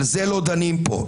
על זה לא דנים פה.